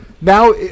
now